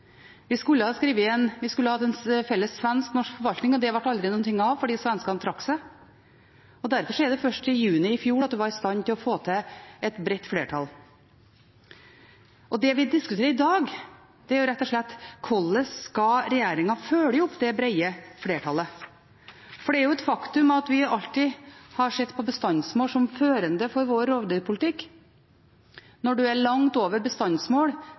Vi skulle hatt en felles svensk–norsk forvaltning, og det ble det aldri noe av fordi svenskene trakk seg. Derfor var det først i juni i fjor at vi var i stand til å få til et bredt flertall. Det vi diskuterer i dag, er rett og slett hvordan regjeringen skal følge opp det brede flertallet. For det er jo et faktum at vi alltid har sett på bestandsmål som førende for vår rovdyrpolitikk. Når man er langt over bestandsmålet, skal man også kunne regulere bestanden. Jeg må også si at når bestandsmål